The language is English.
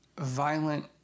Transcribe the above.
violent